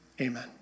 Amen